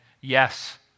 yes